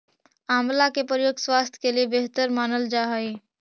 आंवला के प्रयोग स्वास्थ्य के लिए बेहतर मानल जा हइ